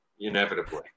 inevitably